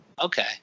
okay